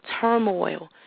turmoil